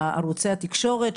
ערוצי התקשורת?